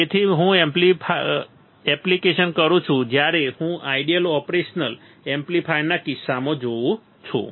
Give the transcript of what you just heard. તેથી જ્યારે હું એપ્લિકેશન કરું છું જ્યારે હું આઇડિયલ ઓપરેશન એમ્પ્લીફાયરના કિસ્સામાં જોઉં છું